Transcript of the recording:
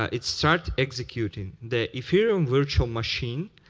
ah it starts executing. the etherium virtual machine